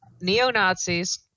neo-nazis